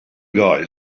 guy